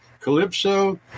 Calypso